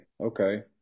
okay